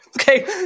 okay